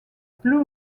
blu